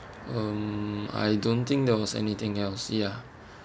um I don't think there was anything else ya